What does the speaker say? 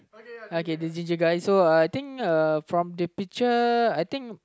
okay this ginger guy so uh I think uh from the picture I think